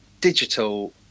digital